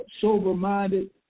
sober-minded